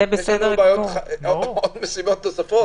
משימות נוספות?